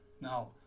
Now